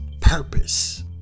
purpose